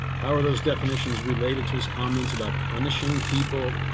how are those definitions related to his comments about punishing people,